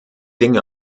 dinge